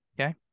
Okay